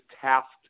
tasked